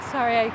Sorry